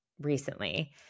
recently